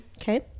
Okay